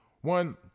one